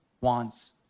wants